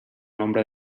nombre